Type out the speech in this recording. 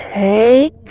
take